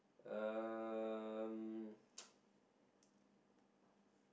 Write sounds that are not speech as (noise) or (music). um (noise)